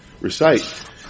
recite